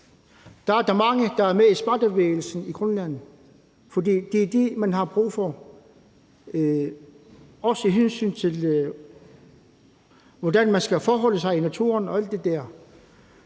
var der mange, der var med i spejderbevægelsen i Grønland, fordi det er det, man har brug for, også af hensyn til hvordan man skal forholde sig i naturen og alt det der.